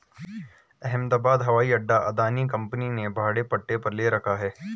अहमदाबाद हवाई अड्डा अदानी कंपनी ने भाड़े पट्टे पर ले रखा है